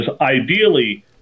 ideally